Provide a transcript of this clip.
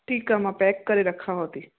ठीकु आहे मां पैक करे रखांव थी